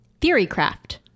Theorycraft